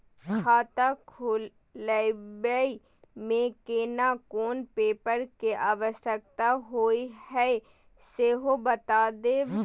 खाता खोलैबय में केना कोन पेपर के आवश्यकता होए हैं सेहो बता देब?